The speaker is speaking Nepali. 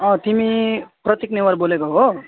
तिमी प्रतीक नेवार बोलेको हो